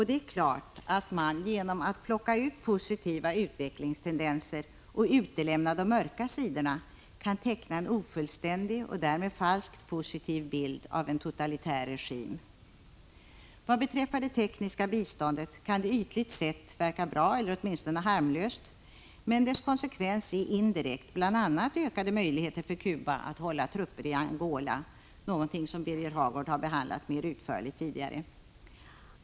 Det är klart att man genom att plocka ut positiva utvecklingstendenser och utelämna de mörka sidorna kan teckna en ofullständig och därmed falskt positiv bild av en totalitär regim. Vad beträffar det tekniska biståndet kan det ytligt sett verka bra eller åtminstone harmlöst, men dess konsekvens är indirekt bl.a. ökade möjligheter för Cuba att hålla trupper i Angola — någonting som Birger Hagård har behandlat mer utförligt tidigare i dag.